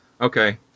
Okay